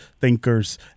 thinkers